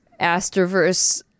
Astroverse